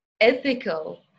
ethical